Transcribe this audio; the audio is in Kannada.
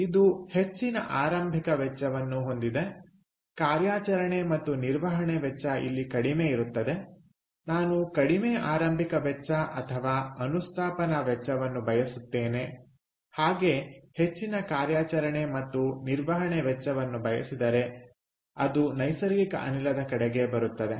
ಇದು ಹೆಚ್ಚಿನ ಆರಂಭಿಕ ವೆಚ್ಚವನ್ನು ಹೊಂದಿದೆ ಕಾರ್ಯಾಚರಣೆ ಮತ್ತು ನಿರ್ವಹಣೆ ವೆಚ್ಚ ಇಲ್ಲಿ ಕಡಿಮೆ ಇರುತ್ತದೆ ನಾನು ಕಡಿಮೆ ಆರಂಭಿಕ ವೆಚ್ಚ ಅಥವಾ ಅನುಸ್ಥಾಪನಾ ವೆಚ್ಚವನ್ನು ಬಯಸುತ್ತೇನೆ ಹಾಗೆ ಹೆಚ್ಚಿನ ಕಾರ್ಯಾಚರಣೆ ಮತ್ತು ನಿರ್ವಹಣೆ ವೆಚ್ಚವನ್ನು ಬಯಸಿದರೆ ಅದು ನೈಸರ್ಗಿಕ ಅನಿಲದ ಕಡೆ ಬರುತ್ತದೆ